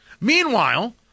Meanwhile